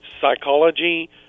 psychology